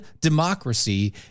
democracy